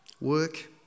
Work